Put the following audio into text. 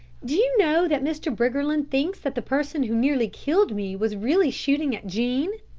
do you know that mr. briggerland thinks that the person who nearly killed me was really shooting at jean.